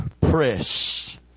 press